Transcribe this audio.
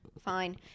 fine